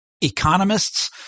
economists